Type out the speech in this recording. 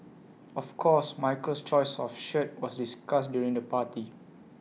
of course Michael's choice of shirt was discussed during the party